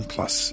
Plus